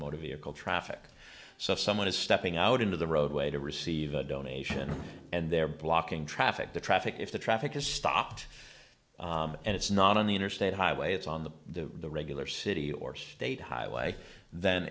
motor vehicle traffic so if someone is stepping out into the roadway to receive a donation and they're blocking traffic the traffic if the traffic is stopped and it's not on the interstate highway it's on the regular city or stay highway th